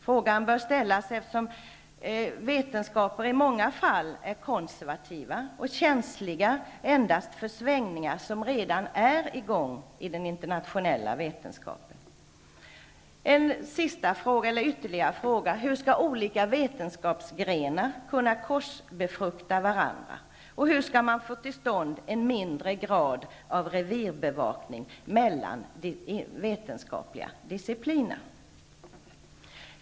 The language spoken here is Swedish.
Frågan bör ställas, eftersom vetenskapen i många fall är konservativ och känslig endast för svängningar som redan förekommer inom den internationella vetenskapen. Ytterligare en fråga: Hur skall olika vetenskapsgrenar kunna korsbefrukta varandra, och hur skall man få till stånd en mindre grad av revirbevakning mellan vetenskapliga discipliner?